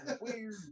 Weird